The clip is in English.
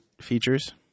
features